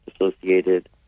associated